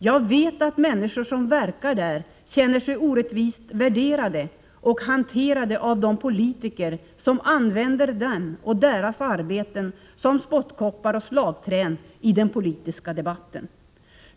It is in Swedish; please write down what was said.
Jag vet att människor som verkar där känner sig orättvist värderade och hanterade av de politiker som använder dem och deras arbeten som spottkoppar och slagträn i den politiska debatten.